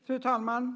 Fru talman!